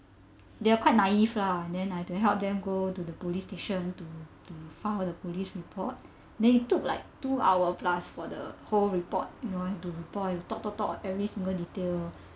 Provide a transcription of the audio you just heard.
they are quite naive lah then I have to help them go to the police station to to file a police report then it took like two hour plus for the whole report you know have to report talk to talk every single details